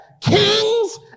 Kings